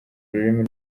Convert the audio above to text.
ururimi